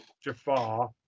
Jafar